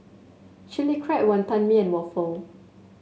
Chili Crab Wantan Mee and waffle